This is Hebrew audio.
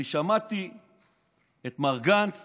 אני שמעתי את מר גנץ